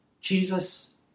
Jesus